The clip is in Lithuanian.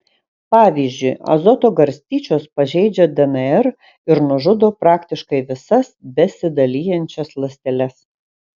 pavyzdžiui azoto garstyčios pažeidžia dnr ir nužudo praktiškai visas besidalijančias ląsteles